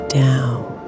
down